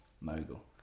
mogul